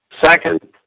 Second